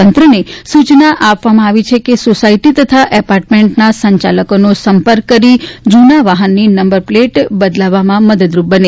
તંત્રને સુચના આપવામાં આવી છે કે સોસાયટી તથા એપાર્ટમેન્ટના સંચાલકોનો સંપર્ક કરી જુના વાહનની નંબર પ્લેટ બદલવામાં મદદરુપ બને